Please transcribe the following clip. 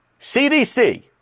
CDC